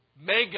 mega